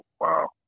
Wow